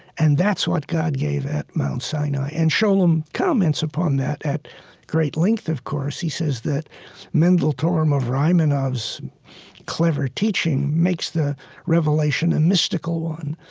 and that's what god gave at mount sinai. and scholem comments upon that at great length, of course. he says that mendel thurm of rimanov's clever teaching makes the revelation a mystical one,